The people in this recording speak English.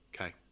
okay